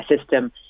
system